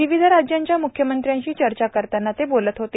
विविध राज्यांच्या म्ख्यमंत्र्यांशी चर्चा करताना ते बोलत होते